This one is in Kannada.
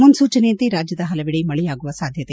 ಮುನ್ಲೂಚನೆಯಂತೆ ರಾಜ್ಯದ ಹಲವೆಡೆ ಮಳೆಯಾಗುವ ಸಾಧ್ಯತೆ